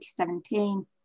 2017